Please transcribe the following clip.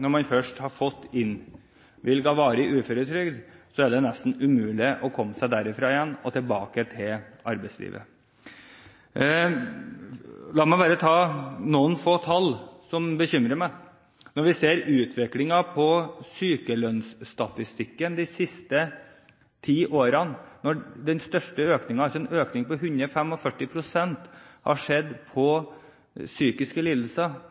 når man først har fått innvilget varig uføretrygd, er det nesten umulig å komme seg derfra igjen og tilbake til arbeidslivet. La meg bare ta noen få tall som bekymrer meg: Når vi ser utviklingen i sykelønnsstatistikken de siste ti årene, ser vi at den største økningen, altså en økning på 145 pst., har skjedd på psykiske lidelser,